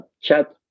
chat